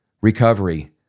recovery